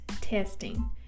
testing